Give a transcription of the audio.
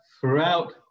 throughout